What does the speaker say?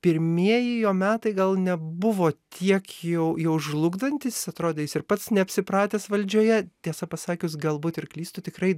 pirmieji jo metai gal nebuvo tiek jau jau žlugdantys atrodė jis ir pats neapsipratęs valdžioje tiesa pasakius galbūt ir klystu tikrai